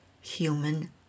human